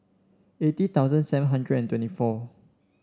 eighty thousand seven hundred and twenty four